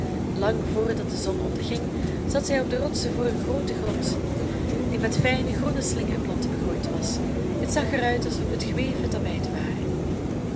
lang voordat de zon onderging zat zij op de rotsen voor een groote grot die met fijne groene slingerplanten begroeid was het zag er uit alsof het geweven tapijten waren